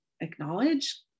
acknowledge